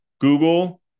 Google